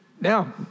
Now